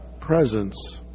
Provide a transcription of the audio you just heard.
presence